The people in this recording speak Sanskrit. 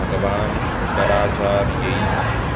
भगवान् शङ्कराचार्यैः